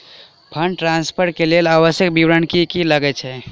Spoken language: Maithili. फंड ट्रान्सफर केँ लेल आवश्यक विवरण की की लागै छै?